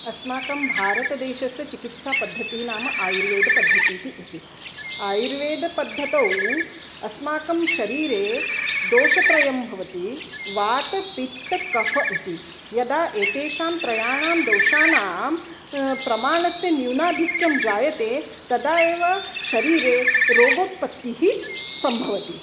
अस्माकं भारतदेशस्य चिकित्सापद्धतिः नाम आयुर्वेदपद्धतिः इति आयुर्वेदपद्धतौ अस्माकं शरीरे दोषत्रयं भवति वातपित्तकफाः इति यदा एतेषां त्रयाणां दोषाणां प्रमाणस्य न्यूनाधिक्यं जायते तदा एव शरीरे रोगोत्पत्तिः सम्भवति